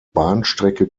bahnstrecke